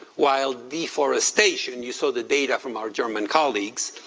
while deforestation, you saw the data from our german colleagues,